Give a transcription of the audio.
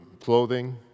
clothing